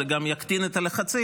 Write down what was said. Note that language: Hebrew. זה גם יקטין את הלחצים,